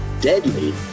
deadly